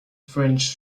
french